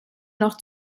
noch